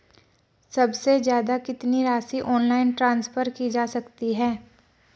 सबसे ज़्यादा कितनी राशि ऑनलाइन ट्रांसफर की जा सकती है?